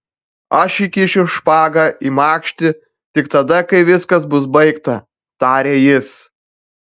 aš įkišiu špagą į makštį tik tada kai viskas bus baigta tarė jis